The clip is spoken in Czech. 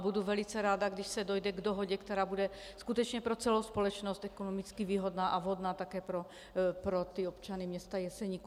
Budu velice ráda, když se dojde k dohodě, která bude skutečně pro celou společnost ekonomicky výhodná a vhodná také pro občany města Jeseníku.